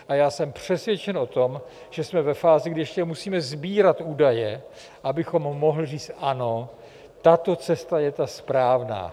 A já jsem přesvědčen o tom, že jsme ve fázi, kdy ještě musíme sbírat údaje, abychom mohli říct ano, tato cesta je ta správná.